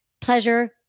pleasure